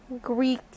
Greek